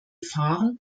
fahren